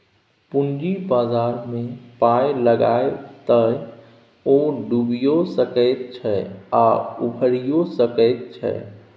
पूंजी बाजारमे पाय लगायब तए ओ डुबियो सकैत छै आ उबारियौ सकैत छै